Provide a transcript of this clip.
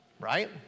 right